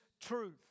truth